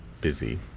busy